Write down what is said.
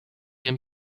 him